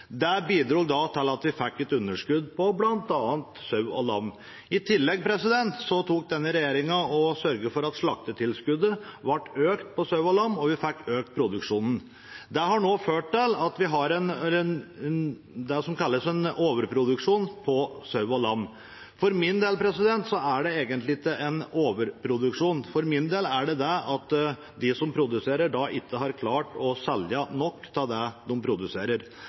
Det bidro til at vi fikk et underskudd på bl.a. sau og lam. I tillegg sørget denne regjeringen for at slaktetilskuddet ble økt på sau og lam, og vi fikk økt produksjonen. Det har nå ført til at vi har det som kalles en overproduksjon på sau og lam. Slik jeg ser det, er det egentlig ikke en overproduksjon, men de som produserer, har ikke klart å selge nok av det de produserer.